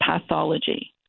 pathology